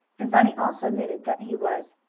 and bunny also admitted that he was.